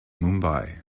mumbai